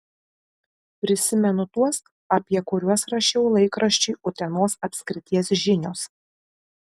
prisimenu tuos apie kuriuos rašiau laikraščiui utenos apskrities žinios